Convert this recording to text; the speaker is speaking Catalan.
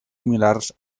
similars